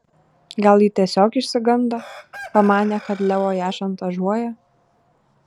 gal ji tiesiog išsigando pamanė kad leo ją šantažuoja